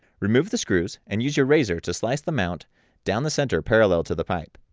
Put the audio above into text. remove the screws and use your razor to slice the mount down the center parrallel to the pipe.